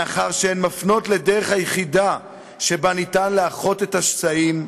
מאחר שהן מפנות לדרך היחידה שבה ניתן לאחות את השסעים,